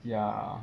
ya